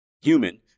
human